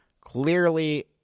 clearly